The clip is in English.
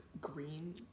green